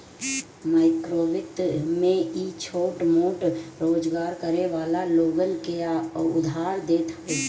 माइक्रोवित्त में इ छोट मोट रोजगार करे वाला लोगन के उधार देत हवे